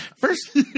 First